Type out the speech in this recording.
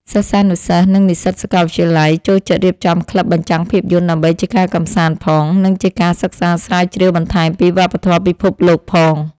សិស្សានុសិស្ស និងនិស្សិតសាកលវិទ្យាល័យ ចូលចិត្តរៀបចំក្លឹបបញ្ចាំងភាពយន្ត ដើម្បីជាការកម្សាន្តផង និងជាការសិក្សាស្រាវជ្រាវបន្ថែមពីវប្បធម៌ពិភពលោកផង។